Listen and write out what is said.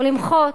למחות,